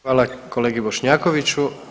Hvala kolegi Bošnjakoviću.